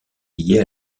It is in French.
liées